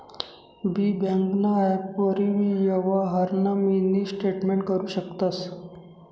बी ब्यांकना ॲपवरी यवहारना मिनी स्टेटमेंट करु शकतंस